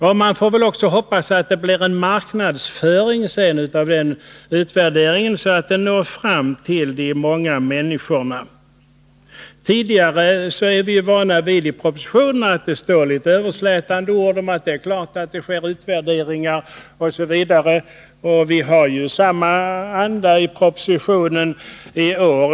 Och vi får väl hoppas att det också blir en marknadsföring av den utvärderingen så att den når fram till våra medborgare. Sedan ande ord om tidigare är vi vana vid att det i propositionen står några överslä att det naturligtvis sker en utvärdering osv. Och det är ju onekligen samma anda i propositionen i år.